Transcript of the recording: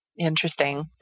Interesting